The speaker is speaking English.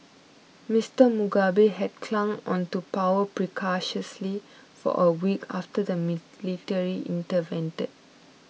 Mister Mugabe had clung on to power precariously for a week after the military intervened